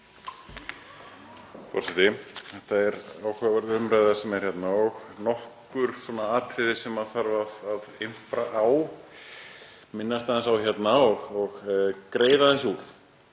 Þetta er áhugaverð umræða sem er hérna og nokkur atriði sem þarf að impra á, minnast aðeins á hérna og greiða aðeins úr.